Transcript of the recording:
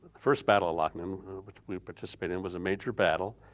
first battle of loc ninh which we participated in was a major battle,